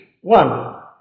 One